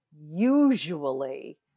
usually